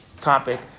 topic